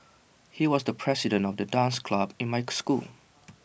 he was the president of the dance club in mike school